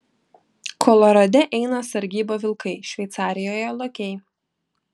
kolorade eina sargybą vilkai šveicarijoje lokiai